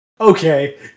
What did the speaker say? Okay